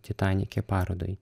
titanike parodoj